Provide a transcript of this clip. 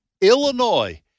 Illinois